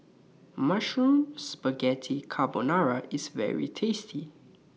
Mushroom Spaghetti Carbonara IS very tasty